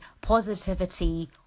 positivity